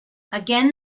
again